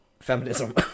Feminism